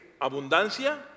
Abundancia